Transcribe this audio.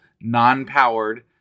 non-powered